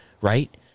right